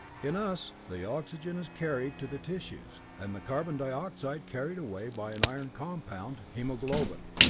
in us, the oxygen is carried to the tissues, and the carbon dioxide carried away by an iron compound, hemoglobin,